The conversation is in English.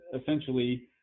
essentially